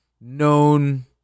known